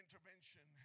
Intervention